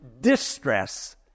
distress